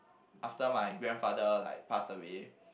after my grandfather like pass away